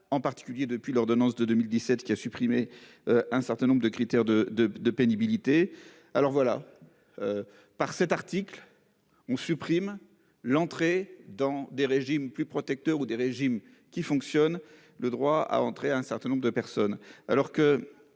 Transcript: en particulier depuis l'ordonnance de 2017 qui a supprimé un certain nombre de critères de de de pénibilité. Alors voilà. Par cet article. On supprime l'entrée dans des régimes plus protecteur ou des régimes qui fonctionne le droit à entrer à un certain nombre de personnes alors que.